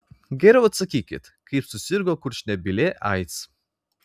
geriau atsakykit kaip susirgo kurčnebylė aids